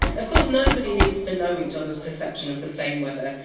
of course nobody needs to know each other! s perception of the same weather,